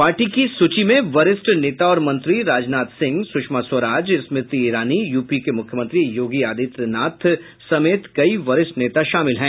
party की सूची मे वरिष्ठ नेता और मंत्री राजनाथ सिंह सुषमा स्वराज स्मृति ईरानी यूपी के मुख्यमंत्री योगी आदित्य नाथ समेत कई वरिष्ठ नेता शामिल हैं